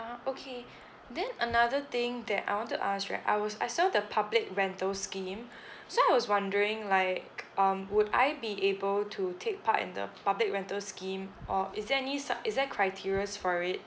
ah okay then another thing that I wanted to ask right I was I saw the public rental scheme so I was wondering like um would I be able to take part in the public rental scheme or is there any sub~ is there criteria for it